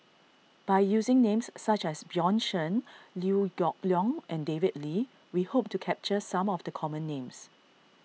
by using names such as Bjorn Shen Liew Geok Leong and David Lee we hope to capture some of the common names